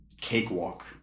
cakewalk